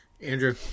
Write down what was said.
Andrew